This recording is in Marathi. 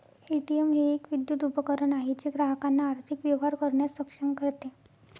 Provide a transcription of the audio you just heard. ए.टी.एम हे एक विद्युत उपकरण आहे जे ग्राहकांना आर्थिक व्यवहार करण्यास सक्षम करते